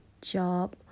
Job